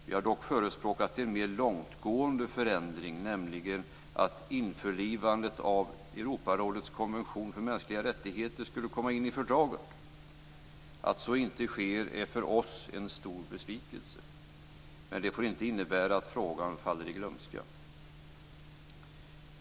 Vi har dock förespråkat en mer långtgående förändring, nämligen att införlivandet av Europarådets konvention för mänskliga rättigheter skulle komma in i fördraget. Att så inte sker är för oss en stor besvikelse, men det får inte innebära att frågan faller i glömska.